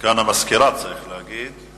סגן המזכירה, צריך להגיד.